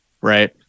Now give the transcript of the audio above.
right